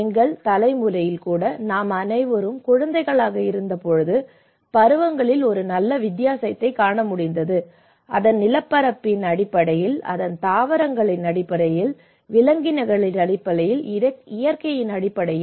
எங்கள் தலைமுறையில் கூட நாம் அனைவரும் குழந்தைகளாக இருந்தபோது பருவங்களில் ஒரு நல்ல வித்தியாசத்தை காண முடிந்தது அதன் நிலப்பரப்பின் அடிப்படையில் அதன் தாவரங்களின் அடிப்படையில் அதன் விலங்கினங்களின் அடிப்படையில் இயற்கையின் அடிப்படையில்